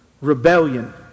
Rebellion